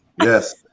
Yes